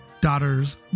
daughters